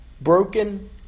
broken